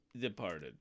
departed